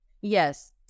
Yes